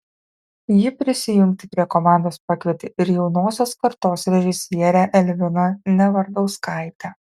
ji prisijungti prie komandos pakvietė ir jaunosios kartos režisierę elviną nevardauskaitę